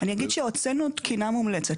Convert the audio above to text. אגיד שהוצאנו תקינה מומלצת.